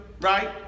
right